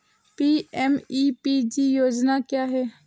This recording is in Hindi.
पी.एम.ई.पी.जी योजना क्या है?